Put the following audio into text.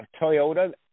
Toyota